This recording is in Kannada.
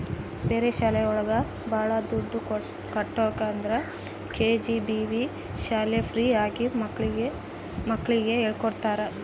ಬೇರೆ ಶಾಲೆ ಒಳಗ ಭಾಳ ದುಡ್ಡು ಕಟ್ಬೇಕು ಆದ್ರೆ ಕೆ.ಜಿ.ಬಿ.ವಿ ಶಾಲೆ ಫ್ರೀ ಆಗಿ ಮಕ್ಳಿಗೆ ಹೇಳ್ಕೊಡ್ತರ